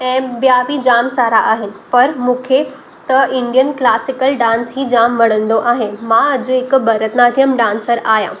ऐं ॿिया बि जाम सारा आहिनि पर मूंखे त इंडियन क्लासिकल डांस ई जाम वणंदो आहे मां अॼु हिकु भरतनाट्यम डांसर आहियां